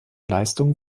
leistungen